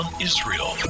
Israel